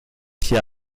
hier